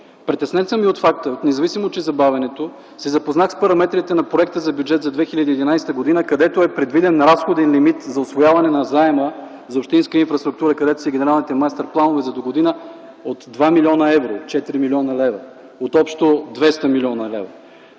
Притеснен съм и от факта, независимо от забавянето, се запознах с параметрите на проекта за бюджет за 2011 г., където е предвиден разходен лимит за усвояване на заема за общинска инфраструктура, където са генералните мастер-планове за догодина от 2 млн. евро – 4 млн. лв., от общо 200 млн. лв.